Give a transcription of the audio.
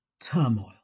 Turmoil